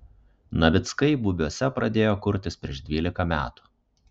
navickai bubiuose pradėjo kurtis prieš dvylika metų